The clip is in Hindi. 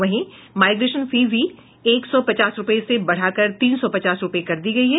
वहीं माइग्रेशन फीस भी एक सौ पचास रूपये से बढ़ाकर तीन सौ पचास रूपये कर दी गयी है